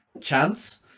chance